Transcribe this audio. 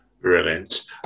brilliant